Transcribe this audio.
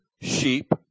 sheep